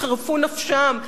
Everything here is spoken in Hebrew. וחירפו נפשם,